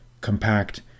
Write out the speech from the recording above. compact